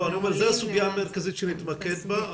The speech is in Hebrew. זו הסוגיה המרכזית שנתמקד בה,